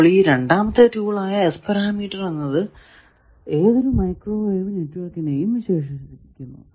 അപ്പോൾ ഈ രണ്ടാമത്തെ ടൂൾ ആയ S പാരാമീറ്റർ എന്നത് ഏതൊരു മൈക്രോവേവ് നെറ്റ്വർക്കിനെയും വിശേഷിപ്പിക്കുന്നു